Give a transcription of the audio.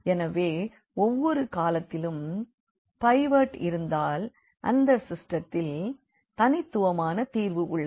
எனவே ஒவ்வொரு காலத்திலும் பைவோட் இருந்தால் அந்த சிஸ்டத்தில் தனித்துவமான தீர்வு உள்ளது